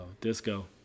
disco